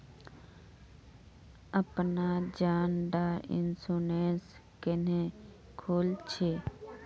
अपना जान डार इंश्योरेंस क्नेहे खोल छी?